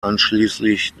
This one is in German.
einschließlich